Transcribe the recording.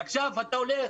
ועכשיו אתה הולך